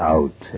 Out